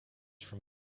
from